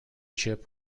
chip